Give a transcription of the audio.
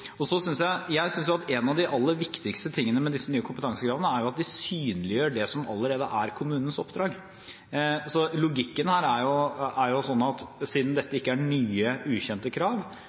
Jeg synes at noe av det aller viktigste med disse nye kompetansekravene er at de synliggjør det som allerede er kommunenes oppdrag, så logikken her er jo at siden dette ikke er nye, ukjente krav,